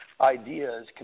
ideas